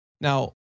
Now